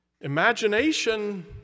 Imagination